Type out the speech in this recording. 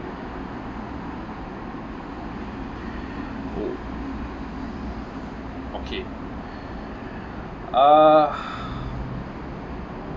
wh~ okay uh